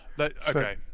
okay